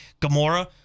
Gamora